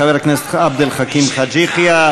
חבר הכנסת עבד אל חכים חאג' יחיא.